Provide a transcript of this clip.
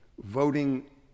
voting